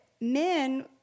men